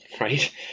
right